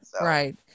Right